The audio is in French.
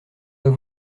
pas